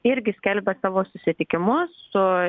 irgi skelbia savo susitikimus su